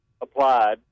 applied